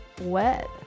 wet